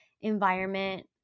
environment